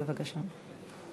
בבקשה.